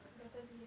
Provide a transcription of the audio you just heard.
better be uh